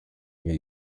new